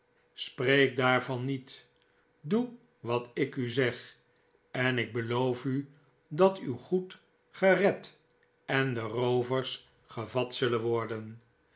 spreek daarvan niet doe wat ik u zeg en ik beloof u dat uw goed gered en de roovers gevat zullen worden